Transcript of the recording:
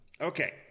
okay